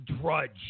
drudge